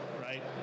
right